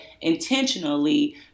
intentionally